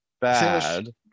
bad